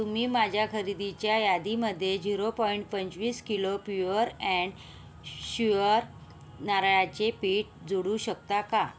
तुम्ही माझ्या खरेदीच्या यादीमध्ये झिरो पॉइंट पंचवीस किलो प्युअर अँड श्युअर नारळाचे पीठ जोडू शकता का